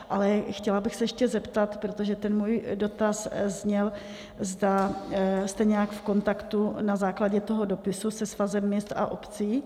Ale chtěla bych se ještě zeptat, protože ten můj dotaz zněl, zda jste nějak v kontaktu na základě toho dopisu se Svazem měst a obcí.